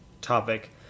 topic